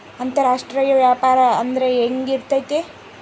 ಅಂತರಾಷ್ಟ್ರೇಯ ವ್ಯಾಪಾರ ಅಂದ್ರೆ ಹೆಂಗಿರ್ತೈತಿ?